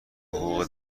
حقوق